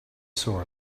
saw